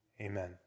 Amen